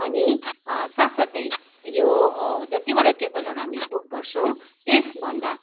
अनि साथ साथै यो जतिवटा टेबलहरू हामी बुक गर्छौँ त्यसभन्दा